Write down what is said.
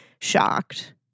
shocked